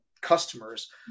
customers